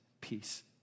peace